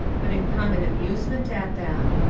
but in common amusement at them.